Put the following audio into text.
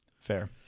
Fair